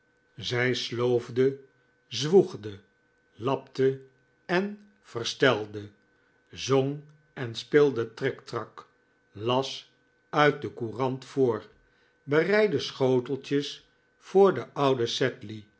zij sloofde zwoegde lapte en verstelde zong en speelde triktrak las uit de courant voor bereidde schoteltjes voor den ouden